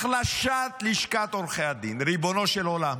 החלשת לשכת עורכי הדין, ריבונו של עולם,